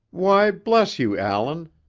why bless you, allan.